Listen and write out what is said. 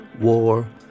war